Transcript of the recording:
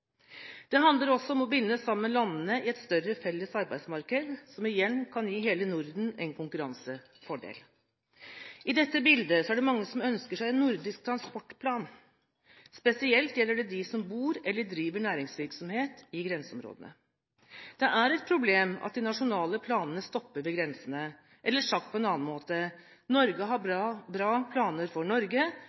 Det handler også om å binde sammen landene i et større felles arbeidsmarked, som igjen kan gi hele Norden en konkurransefordel. I dette bildet er det mange som ønsker seg en nordisk transportplan. Spesielt gjelder dette dem som bor i eller driver næringsvirksomhet i grenseområdene. Det er et problem at de nasjonale planene stopper ved grensene. Eller sagt på en annen måte: Norge har bra planer for Norge,